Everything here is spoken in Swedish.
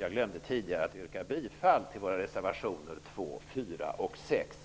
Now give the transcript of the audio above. Jag glömde tidigare att yrka bifall till våra reservationer 2, 4 och 6.